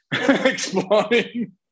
exploding